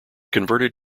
converted